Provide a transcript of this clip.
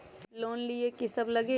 Loan लिए की सब लगी?